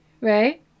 right